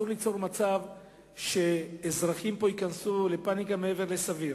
אסור ליצור מצב שאזרחים פה ייכנסו לפניקה מעבר לסביר.